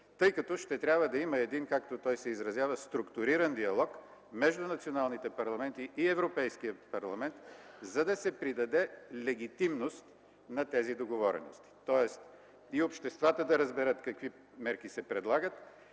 тъй като ще трябва да има един, както той се изразява – структуриран диалог между националните парламенти и Европейския парламент, за да се придаде легитимност на тези договорености, тоест и обществата да разберат какви мерки се предлагат,